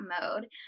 mode